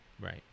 right